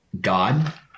God